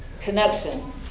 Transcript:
connection